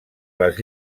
les